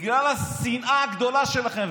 בגלל השנאה הגדולה שלכם.